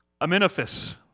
Amenophis